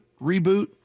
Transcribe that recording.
reboot